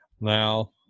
Now